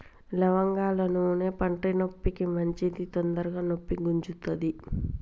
లవంగాల నూనె పంటి నొప్పికి మంచిది తొందరగ నొప్పి గుంజుతది